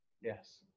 Yes